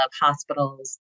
hospitals